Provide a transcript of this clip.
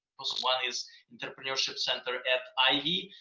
this one is entrepreneurship center at ivey.